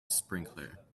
sprinkler